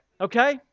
Okay